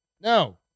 No